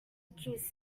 accused